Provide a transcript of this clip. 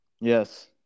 Yes